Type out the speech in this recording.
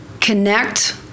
connect